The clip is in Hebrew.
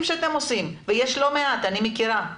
שאתם עושים ויש לא מעט ואני מכירה אותם.